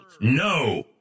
No